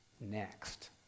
next